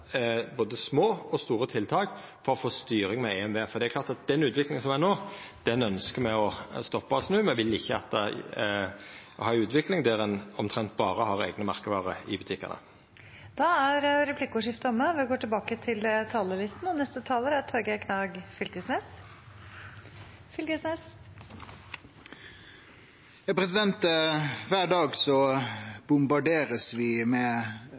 både små og store tiltak for å få styring med EMV. For det er klart at den utviklinga som er no, ønskjer me å stoppa og snu. Me vil ikkje ha ei utvikling der ein omtrent berre har eigne merkevarer i butikkane. Replikkordskiftet er omme. Kvar dag blir vi bombardert med reklame, og